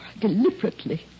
Deliberately